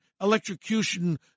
electrocution